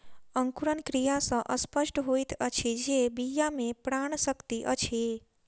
अंकुरण क्रिया सॅ स्पष्ट होइत अछि जे बीया मे प्राण शक्ति अछि